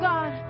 God